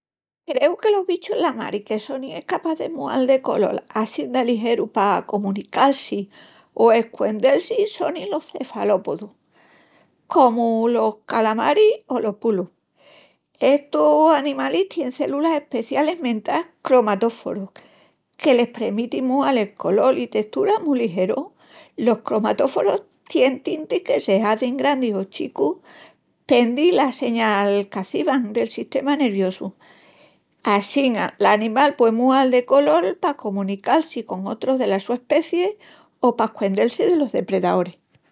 Creu que los bichus dela mari que sonin escapás de mual de colol assín de ligeru pa comunical-si o escuendel-si sonin los cefalópodus, comu los calamaris i los pulpus. Estus animalis tien células especialis mentás cromatóforus que les premitin mual el colol i testura mu ligeru. Los cromatóforus tien tintis que se hazin grandis o chicus pendi la señal qu'acivan del sistema niervosu, assin l'animal pueimual de colol pa comunical-si con otrus dela su especii o pa escuendel-si delos depredaoris.